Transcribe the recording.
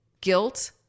guilt